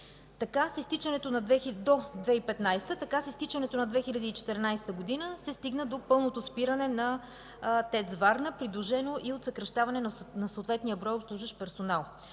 Така с изтичането на 2014 г. се стигна до пълното спиране на ТЕЦ „Варна”, придружено и от съкращаване на съответния брой обслужващ персонал.